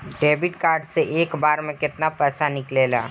Debit card से एक बार मे केतना पैसा निकले ला?